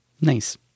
Nice